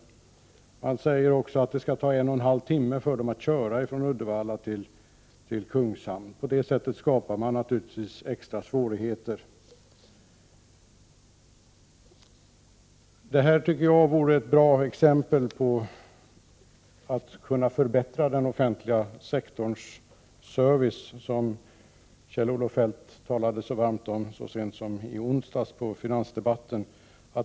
Vidare säger man att det skulle ta en och en halv timme för dem att köra från Uddevalla till Kungshamn. På det sättet skapar man naturligtvis extra svårigheter. Jag tycker att detta vore ett bra exempel på hur man skulle kunna förbättra den offentliga sektorns service, som Kjell-Olof Feldt talade så varmt för så sent som under finansdebatten i onsdags.